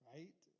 Right